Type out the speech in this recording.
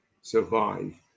survive